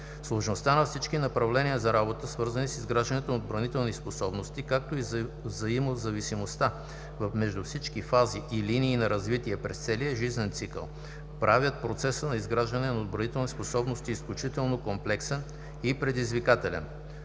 Сложността на всички направления на работа, свързани с изграждането на отбранителните способности, както и взаимозависимостта между всички фази и линии на развитие през целия жизнен цикъл, правят процесът на изграждане на отбранителни способности изключително комплексен и предизвикателен.